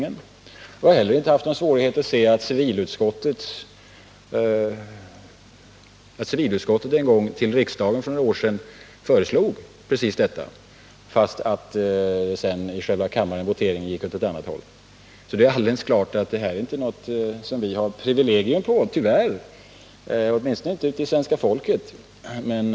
Jag har inte heller haft någon svårighet att se att civilutskottet för några år sedan föreslog riksdagen just detta. Sedan gick man emellertid vid voteringen i kammaren mot förslaget. Så det är alldeles klart att den här inställningen tyvärr inte är något som vi moderater har privilegium på — åtminstone inte inom det svenska folket.